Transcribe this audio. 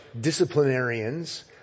disciplinarians